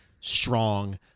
strong